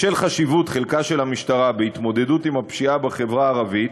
בשל חשיבות חלקה של המשטרה בהתמודדות עם הפשיעה בחברה הערבית